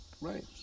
right